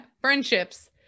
friendships